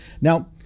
Now